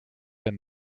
and